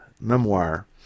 memoir